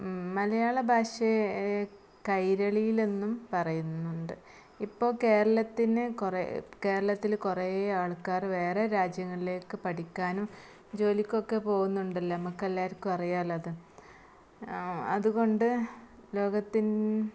മലയാള ഭാഷയെ കൈരളിയെന്നും പറയുന്നുണ്ട് ഇപ്പോൾ കേരളത്തിന് കുറേ കേരളത്തിൽ കുറേ ആൾക്കാർ വേറെ രാജ്യങ്ങളിലേക്ക് പഠിക്കാനും ജോലിക്കൊക്കെ പോകുന്നുണ്ടല്ലോ നമ്മൾക്ക് എല്ലാവർക്കും അറിയാമല്ലോ അത് അതുകൊണ്ട് ലോകത്തിൽ